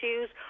issues